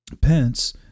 Pence